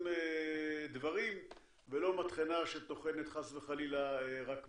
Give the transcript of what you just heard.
דברים ולא מטחנה שטוחנת חס וחלילה רק מים.